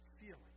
feeling